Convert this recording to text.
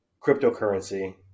cryptocurrency